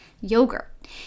yogurt